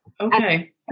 Okay